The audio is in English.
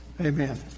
Amen